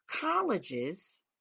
colleges